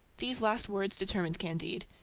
these last words determined candide